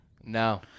No